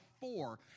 four